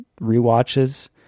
rewatches